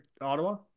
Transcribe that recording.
Ottawa